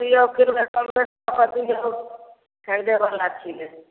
दिऔ फेरु ने कम बेस कऽ दिऔ खरिदैबला छियै